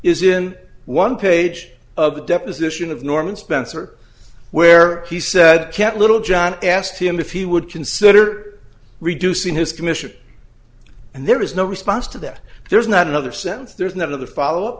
is in one page of the deposition of norman spencer where he said can't littlejohn asked him if he would consider reducing his commission and there is no response to that there's not another sense there's none of the follow up